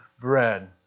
bread